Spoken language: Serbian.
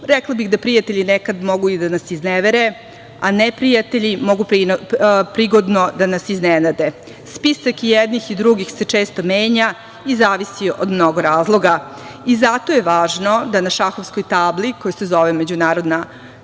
rekla bih da prijatelji mogu nekada da nas iznevere, a neprijatelji mogu prigodno da nas iznenade. Spisak jednih i drugih se često menja, i zavisi od mnogo razloga i zato je važno da na šahovskoj tabli koja se zove međunarodna